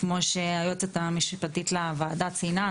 כמו שהיועצת המשפטית לוועדה ציינה,